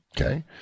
okay